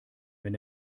wenn